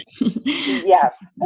Yes